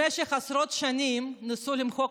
במשך עשרות שנים ניסו למחוק,